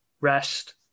rest